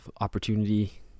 opportunity